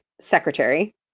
secretary